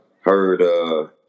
heard –